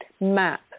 map